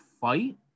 fight